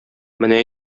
менә